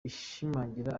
ashimangira